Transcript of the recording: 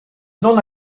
non